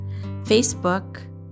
Facebook